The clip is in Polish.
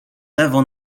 lewo